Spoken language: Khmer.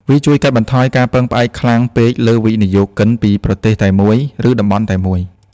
វាជួយកាត់បន្ថយការពឹងផ្អែកខ្លាំងពេកលើវិនិយោគិនពីប្រទេសតែមួយ ឬតំបន់តែមួយ។